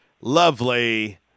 lovely